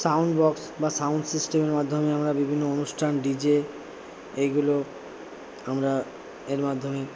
sound box বা sound সিস্টেমের মাধ্যমে আমরা বিভিন্ন অনুষ্ঠান ডিজে এইগুলো আমরা এর মাধ্যমে